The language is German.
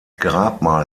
grabmal